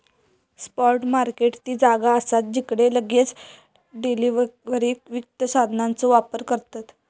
spot market ती जागा असा जिकडे लगेच डिलीवरीक वित्त साधनांचो व्यापार करतत